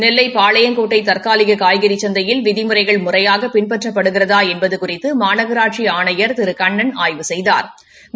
நெல்லை பாளையங்கோட்டை தற்காலிக காய்கறி சந்தையில் விதிமுறைகள் முறையாக பின்பற்றப்படுகிறதா என்பது குறித்து மாநகராட்சி ஆணையர் திரு கண்ணன் ஆய்வு செய்தாா்